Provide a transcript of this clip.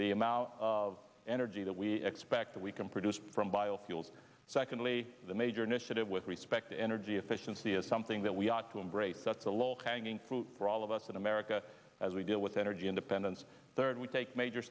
the amount of energy that we expect that we can produce from biofuels secondly the major initiative with respect to energy efficiency is something that we ought to embrace that's a lot hanging fruit for all of us in america as we deal with energy independence third we take major